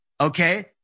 okay